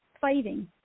fighting